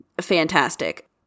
fantastic